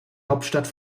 hauptstadt